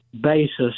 basis